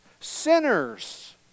sinners